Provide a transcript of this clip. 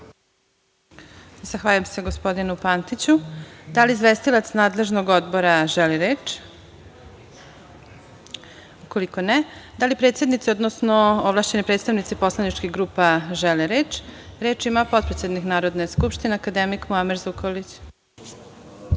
Zahvaljujem se gospodinu Pantiću. Da li izvestilac nadležnog Odbora želi reč? Ukoliko ne, da li predsednici, odnosno ovlašćeni predstavnici poslaničkih grupa žele reč? Reč ima potpredsednik Narodne skupštine, akademik Muamer